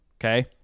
okay